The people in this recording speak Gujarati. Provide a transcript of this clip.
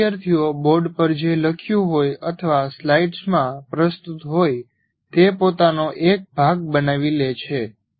બધા વિદ્યાર્થીઓ બોર્ડ પર જે લખ્યું હોય અથવા સ્લાઇડ્સમાં પ્રસ્તુત હોય તે પોતાનો એક ભાગ બનાવી લે છે